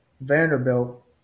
Vanderbilt